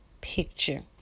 picture